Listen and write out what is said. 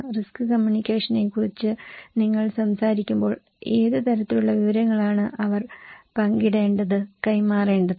risk കമ്മ്യൂണിക്കേഷനെക്കുറിച്ചാണ് നിങ്ങൾ സംസാരിക്കുമ്പോൾ ഏത് തരത്തിലുള്ള വിവരങ്ങളാണ് അവർ പങ്കിടേണ്ടത് കൈമാറേണ്ടത്